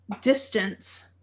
distance